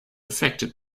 affected